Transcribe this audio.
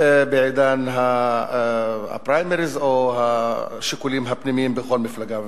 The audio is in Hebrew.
בעידן הפריימריס או השיקולים הפנימיים בכל מפלגה ומפלגה.